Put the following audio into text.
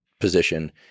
position